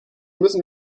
müssen